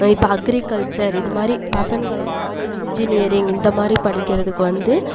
இப்போ அக்ரிகல்சர் இதுமாதிரி பசனுகளாம் காலேஜ் இஞ்சினியரிங் இந்தமாதிரி படிக்கிறதுக்கு வந்து